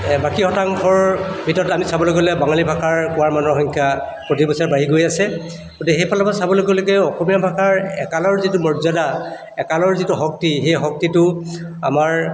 বাকী শতাংশৰ ভিতৰত আমি চাবলৈ গ'লে বঙালী ভাষাৰ কোৱা মানুহৰ সংখ্যা প্ৰতিবছৰে বাঢ়ি গৈ আছে গতিকে সেইফালৰপৰা চাবলৈ গ'লেগৈ অসমীয়া ভাষাৰ একালৰ যিটো মৰ্যদা একালৰ যিটো শক্তি সেই শক্তিটো আমাৰ